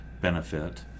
benefit